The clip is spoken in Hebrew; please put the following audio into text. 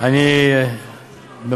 כמה זה עולה?